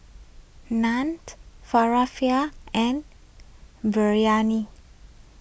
Naan Falafel and Biryani